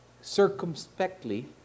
circumspectly